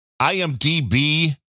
IMDB